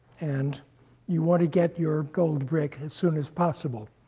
and you want to get your gold brick as soon as possible.